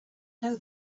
know